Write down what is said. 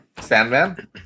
Sandman